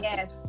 Yes